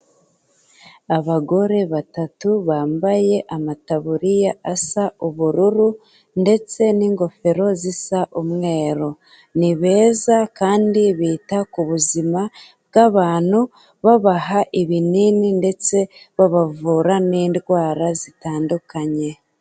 Abagore batatu bambaye amataburiya asa ubururu, ndetse n'ingofero zisa umweru. Ni beza kandi bita ku buzima bw'abantu, babaha ibinini, ndetse babavura n'indwara zitandukanye.